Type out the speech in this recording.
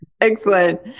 Excellent